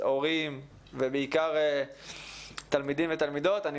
הורים ובעיקר תלמידים ותלמידות אני